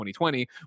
2020